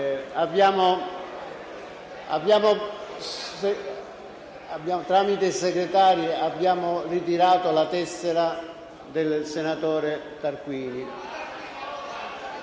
senatori Segretari abbiamo ritirato la tessera del senatore Tarquinio,